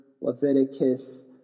Leviticus